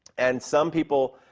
and some people,